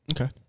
Okay